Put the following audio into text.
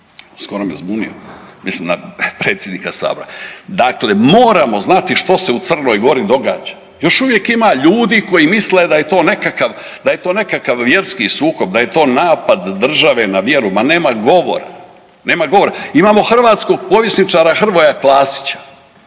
skoro me zbunio, mislim na predsjednika Sabora. Dakle moramo znati što se u Crnoj Gori događa. Još uvijek ima ljudi koji misle da je to nekakav, da je to nekakav vjerski sukob, da je to napad države na vjeru, ma nema govora. Nema govora. Imamo hrvatskog povjesničara Hrvoja Klasića